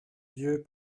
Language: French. yeux